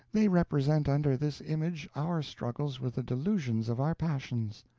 they represent under this image our struggles with the delusions of our passions.